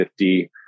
50